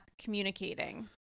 communicating